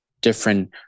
different